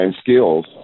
skills